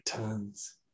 Returns